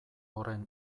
horren